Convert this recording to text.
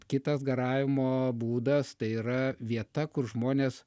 kitas garavimo būdas tai yra vieta kur žmonės